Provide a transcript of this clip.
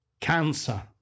cancer